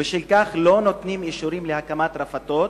ובשל כך לא נותנים אישורים להקמת רפתות,